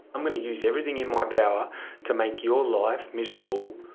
i'm going to use everything in my power to make your life miserable,